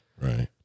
Right